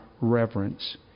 reverence